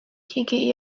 higi